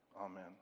Amen